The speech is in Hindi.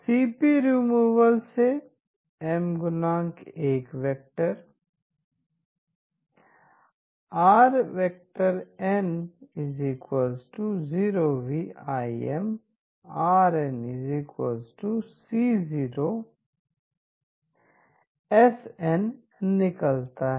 सीपी रिमूवल से M × 1 vector r n0vIMr nC∘ sn निकलता है